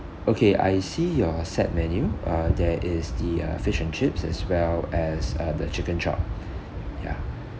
okay I see your set menu uh there is the uh fish and chips as well as uh the chicken chop ya